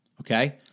okay